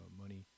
money